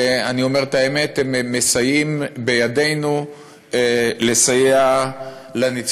אני אומר את האמת: הם מסייעים בידנו לסייע לניצולים,